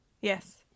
Yes